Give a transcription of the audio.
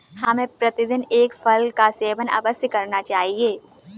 हमें प्रतिदिन एक फल का सेवन अवश्य करना चाहिए